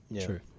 True